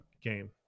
game